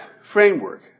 framework